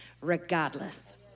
regardless